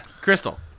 Crystal